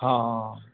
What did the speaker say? ਹਾਂ